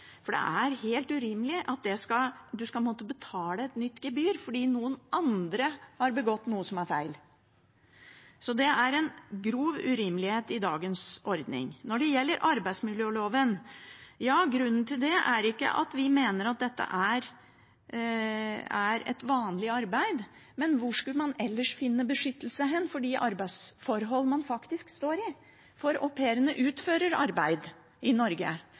er helt urimelig at man skal måtte betale et nytt gebyr fordi noen andre har begått en feil. Det er en grov urimelighet i dagens ordning. Når det gjelder forslaget om arbeidsmiljøloven: Ja, grunnen til det er ikke at vi mener dette er et vanlig arbeid. Men hvor skulle man ellers finne beskyttelse for de arbeidsforholdene man faktisk står i? Au pairene utfører arbeid i Norge,